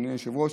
אדוני היושב-ראש,